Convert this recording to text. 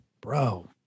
bro